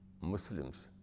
Muslims